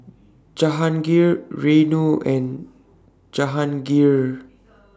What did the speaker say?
Jahangir Renu and Jehangirr